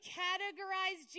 categorize